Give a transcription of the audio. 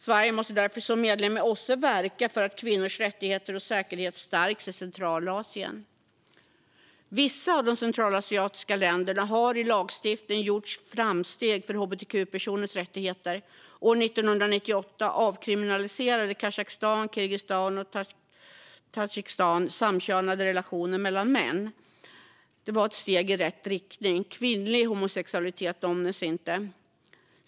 Sverige måste därför som medlem i OSSE verka för att kvinnors rättigheter och säkerhet stärks i Centralasien. Vissa av de centralasiatiska länderna har i lagstiftning gjort framsteg för hbtq-personers rättigheter. År 1998 avkriminaliserade Kazakstan, Kirgizistan och Tadzjikistan samkönade relationer mellan män, vilket var ett steg i rätt riktning. Kvinnlig homosexualitet omnämns dock inte.